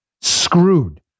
screwed